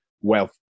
wealth